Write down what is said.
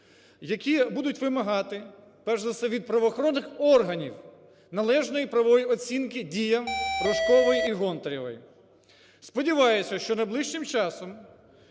які будуть вимагати, перш за все від правоохоронних органів, належної правової оцінки діям Рожкової і Гонтаревої. Сподіваюсь, що найближчим часом